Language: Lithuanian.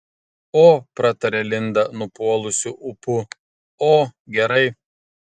o pratarė linda nupuolusiu ūpu o gerai